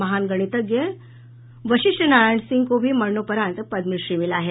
महान गणितज्ञ वशिष्ट नारायण सिंह को भी मरणोपरांत पदमश्री मिला है